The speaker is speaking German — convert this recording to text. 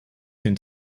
sind